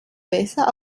besser